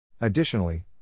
Additionally